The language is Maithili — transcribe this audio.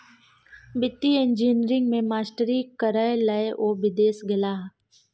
वित्तीय इंजीनियरिंग मे मास्टरी करय लए ओ विदेश गेलाह